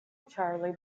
charlie